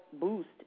boost